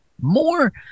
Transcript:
more